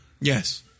Yes